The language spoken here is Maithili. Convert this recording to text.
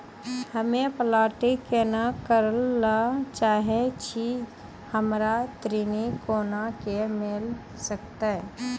हम्मे पॉलीटेक्निक करे ला चाहे छी हमरा ऋण कोना के मिल सकत?